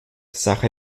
sache